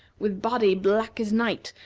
with body black as night,